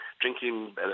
drinking